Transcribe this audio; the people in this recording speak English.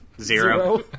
Zero